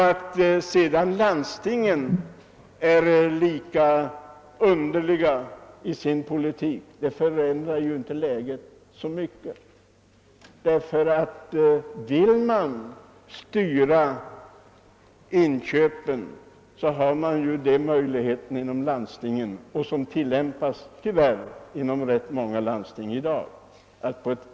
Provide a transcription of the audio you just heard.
Att sedan landstingen för en lika underlig politik förändrar inte läget. Vill man styra inköpen har man den möjligheten inom landstingen — och den utnyttjas tyvärr inom ganska många landsting i dag.